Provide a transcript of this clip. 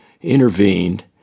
intervened